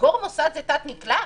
לסגור מוסד זה תת-מקלע?